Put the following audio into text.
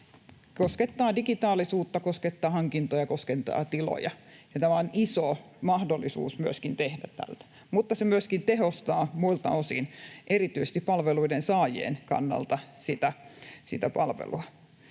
— koskettaa digitaalisuutta, koskettaa hankintoja, koskettaa tiloja. Ja tämä on iso mahdollisuus myöskin tehdä täältä, mutta se myöskin tehostaa muilta osin, erityisesti palveluiden saajien kannalta, sitä palvelua.